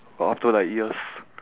uh after like years